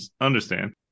understand